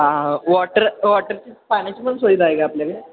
हा वॉटर वॉटरची पाण्याची पण सुविधा आहे का आपल्याकडे